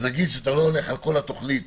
נגיד שאתה לא הולך על כל התוכנית